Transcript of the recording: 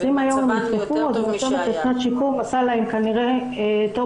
אז אם היום הן נפתחו אז כנראה שנת השיקום עשתה להן טוב.